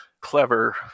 clever